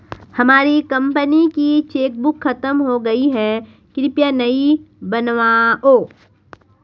हमारी कंपनी की चेकबुक खत्म हो गई है, कृपया नई बनवाओ